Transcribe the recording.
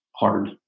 hard